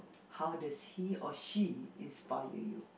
how does he or she inspire you